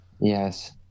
yes